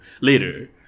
later